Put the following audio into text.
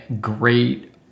great